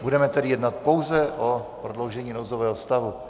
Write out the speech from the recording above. Budeme tedy jednat pouze o prodloužení nouzového stavu.